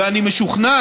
אני משוכנע